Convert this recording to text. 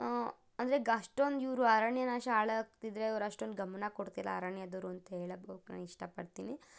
ಅಂದರೆ ಅಷ್ಟೊಂದಿವರು ಅರಣ್ಯ ನಾಶ ಹಾಳಾಗ್ತಿದ್ದರೆ ಅವ್ರು ಅಷ್ಟೊಂದು ಗಮನ ಕೊಡ್ತಿಲ್ಲ ಅರಣ್ಯದವ್ರು ಅಂತ ಹೇಳೋಕೆ ನಾನು ಇಷ್ಟಪಡ್ತೀನಿ